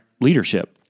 leadership